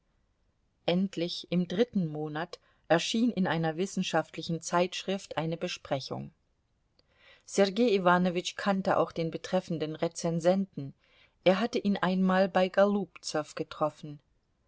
endlich im dritten monat erschien in einer wissenschaftlichen zeitschrift eine besprechung sergei iwanowitsch kannte auch den betreffenden rezensenten er hatte ihn einmal bei golubzow getroffen